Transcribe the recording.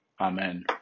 amen